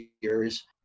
years